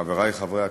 חברי חברי הכנסת,